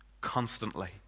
constantly